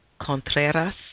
Contreras